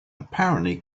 apparently